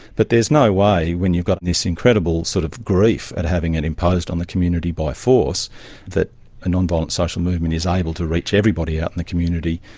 but there's no way when you've got this incredible sort of grief at having it imposed on the community by force that a nonviolent social movement is able to reach everybody out in the community,